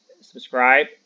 subscribe